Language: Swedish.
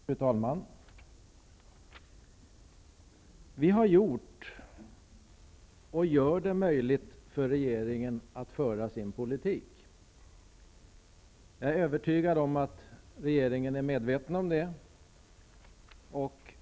Fru talman! Vi har gjort, och gör, det möjligt för regeringen att föra sin politik. Jag är övertygad om att regeringen är medveten om det.